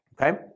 Okay